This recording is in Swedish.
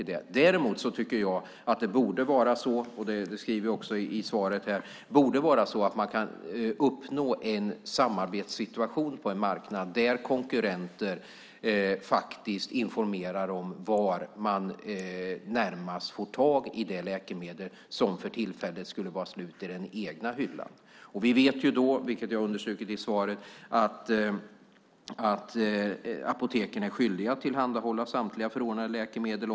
Däremot tycker jag att det borde vara så, som jag skriver i svaret, att man kan uppnå en samarbetssituation på en marknad där konkurrenter informerar om var man närmast får tag i det läkemedel som för tillfället är slut i den egna hyllan. Vi vet då, vilket jag har understrukit i svaret, att apoteken är skyldiga att tillhandahålla samtliga förordnade läkemedel.